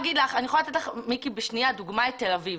אתן לדוגמה את תל אביב.